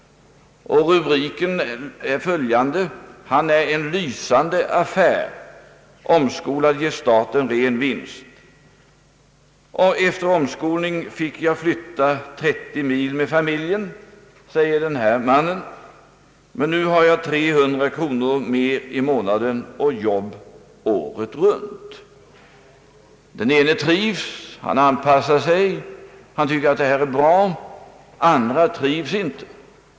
Rubriken lyder: »Han är en lysande affär. Omskolad ger han staten ren vinst.» Efter omskolning fick den mannen flytta 30 mil med familjen, men nu tjänar han 300 kronor mer i månaden och har jobb året runt. Den ene trivs. Han anpassar sig och tycker att det går bra. Den andre trivs inte.